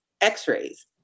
x-rays